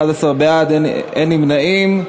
11 בעד, אין נמנעים.